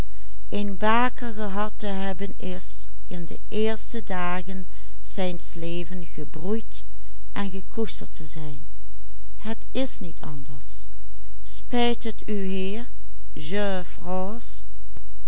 de eerste dagen zijns levens gebroeid en gekoesterd te zijn het is niet anders spijt het u heer